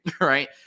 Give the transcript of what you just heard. right